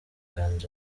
ariko